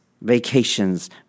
vacations